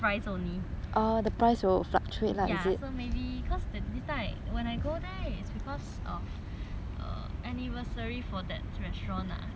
ya so maybe it's like when I go there it's anniversary for that restaurant lah so that's why they give me promotion